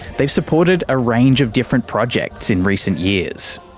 they've supported a range of different projects in recent years.